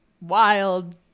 wild